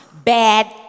Bad